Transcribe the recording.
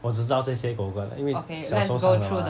我只知道这些国歌因为小时候唱的吗